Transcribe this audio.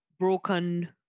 broken